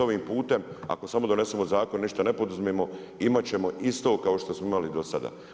ovim putem, ako samo donesemo zakon i ništa ne poduzmemo, imati ćemo isto kao što smo imali do sada.